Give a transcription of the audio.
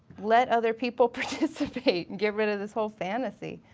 let other people participate and get rid of this whole fantasy.